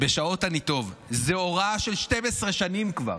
בשעות אני טוב, זו הוראה של 12 שנים כבר.